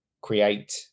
create